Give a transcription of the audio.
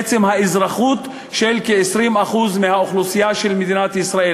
עצם האזרחות של כ-20% מהאוכלוסייה של מדינת ישראל.